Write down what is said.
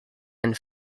and